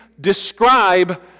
describe